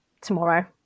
tomorrow